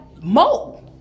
more